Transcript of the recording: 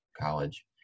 college